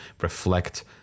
reflect